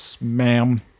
ma'am